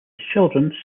children